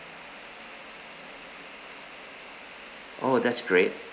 oh that's great